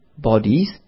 Bodies